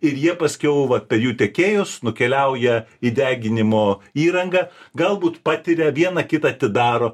ir jie paskiau va per jų tekėjus nukeliauja į deginimo įrangą galbūt patiria vieną kitą atidaro